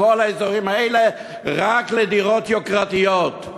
את כל האזורים האלה רק לדירות יוקרתיות.